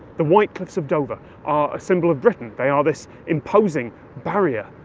the white cliffs of dover are a symbol of britain, they are this imposing barrier,